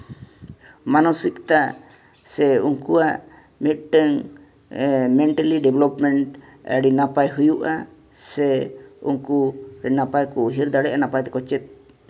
ᱢᱟᱱᱚᱥᱤᱠᱚᱛᱟ ᱥᱮ ᱩᱱᱠᱩᱣᱟᱜ ᱢᱤᱫᱴᱮᱱ ᱢᱮᱱᱴᱟᱞᱤ ᱰᱮᱵᱷᱞᱚᱯᱢᱮᱱᱴ ᱟᱹᱰᱤ ᱱᱟᱯᱟᱭ ᱦᱩᱭᱩᱜᱼᱟ ᱥᱮ ᱩᱱᱠᱩ ᱟᱹᱰᱤ ᱱᱟᱯᱟᱭ ᱠᱚ ᱩᱭᱦᱟᱹᱨ ᱫᱟᱲᱮᱭᱟᱜᱼᱟ ᱱᱟᱯᱟᱭ ᱛᱮᱠᱚ ᱪᱮᱫ